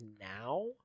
now